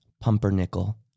pumpernickel